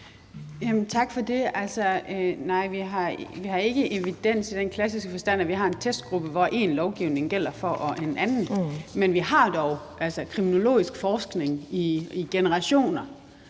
Tak for det. Nej, vi har ikke evidens i den klassiske forstand, at vi har en testgruppe, som en lovgivning gælder for, og en anden gruppe, som den ikke gælder for, men vi har dog kriminologisk forskning i generationer,